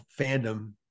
fandom